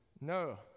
no